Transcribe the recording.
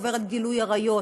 עוברת גילוי עריות.